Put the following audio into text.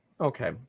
Okay